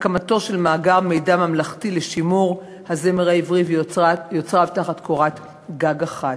הקמתו של מאגר מידע ממלכתי לשימור הזמר העברי ויוצריו תחת קורת גג אחת,